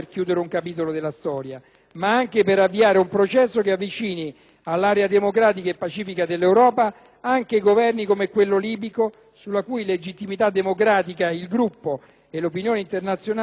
anche Governi, come quello libico, sulla cui legittimità democratica il nostro Gruppo - e l'opinione internazionale - nutre forti dubbi. Questa logica di influenza positiva, di *moral suasion*,